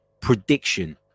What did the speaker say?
prediction